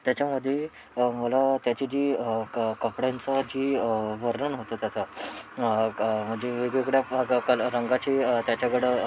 त्याच्यामध्ये मला त्याची जी क कपड्यांचं जे वर्णन होतं त्याचं क म्हणजे वेगवेगळ्या कलर रंगाचे त्याच्याकडं